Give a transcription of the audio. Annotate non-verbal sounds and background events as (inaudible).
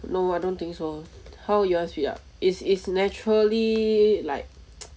no I don't think so how you ask we are is is naturally like (noise)